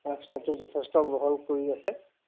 ৰাস্তাটো যথেষ্ট বহল কৰি আছে